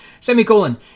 Semicolon